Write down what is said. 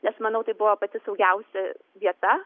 nes manau tai buvo pati saugiausia vieta